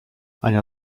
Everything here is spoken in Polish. ania